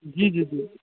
जी जी जी